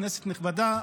כנסת נכבדה,